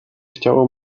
chciało